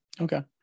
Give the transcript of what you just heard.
Okay